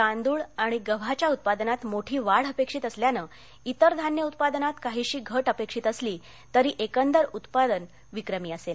तांदूळ आणि गव्हाच्या उत्पादनात मोठी वाढ अपेक्षित असल्यानं त्रिर धान्य उत्पादनात काहीशी घट अपेक्षित असली तरी एकंदर उत्पादन विक्रमी असेल